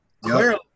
clearly